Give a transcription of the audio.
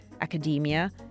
academia